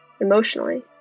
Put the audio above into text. emotionally